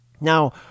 Now